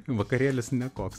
vakarėlis ne koks